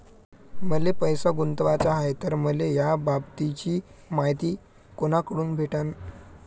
मले पैसा गुंतवाचा हाय तर मले याबाबतीची मायती कुनाकडून भेटन?